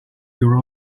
your